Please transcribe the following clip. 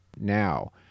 now